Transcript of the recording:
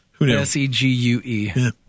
S-E-G-U-E